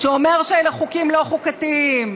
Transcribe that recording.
אומר שאלה חוקים לא חוקתיים,